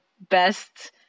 best